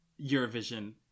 Eurovision